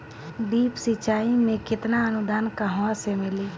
Drip सिंचाई मे केतना अनुदान कहवा से मिली?